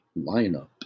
lineup